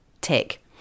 Tick